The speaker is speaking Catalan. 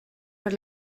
per